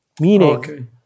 meaning